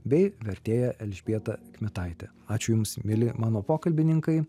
bei vertėja elžbieta kmitaitė ačiū jums mieli mano pokalbininkai